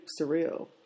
surreal